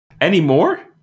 Anymore